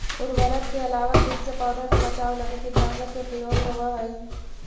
उर्वरक के अलावा कीट से पौधा के बचाव लगी कीटनाशक के प्रयोग होवऽ हई